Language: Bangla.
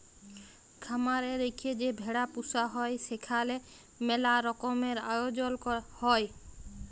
খামার এ রেখে যে ভেড়া পুসা হ্যয় সেখালে ম্যালা রকমের আয়জল হ্য়য়